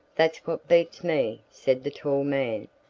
that's what beats me, said the tall man,